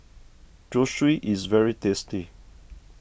Zosui is very tasty